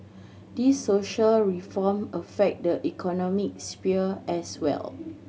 these social reform affect the economic sphere as well